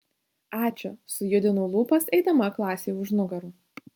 ačiū sujudinau lūpas eidama klasei už nugarų